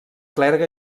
clergue